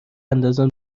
اندازان